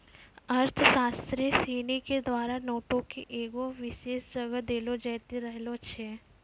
अर्थशास्त्री सिनी के द्वारा नोटो के एगो विशेष जगह देलो जैते रहलो छै